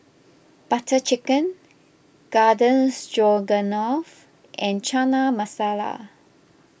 Butter Chicken Garden Stroganoff and Chana Masala